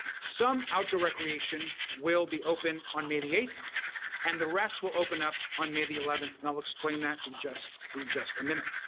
some outdoor recreation will be open on may the eighth and the rest will open up on may the eleventh and i'll explain that in just in just a minute.